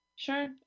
Sure